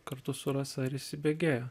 kartu su rasa ir įsibėgėjo